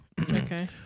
Okay